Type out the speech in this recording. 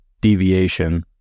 deviation